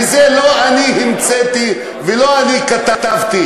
וזה לא אני המצאתי ולא אני כתבתי.